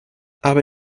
aber